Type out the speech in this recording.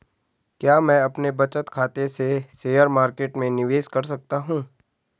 क्या मैं अपने बचत खाते से शेयर मार्केट में निवेश कर सकता हूँ?